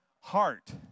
heart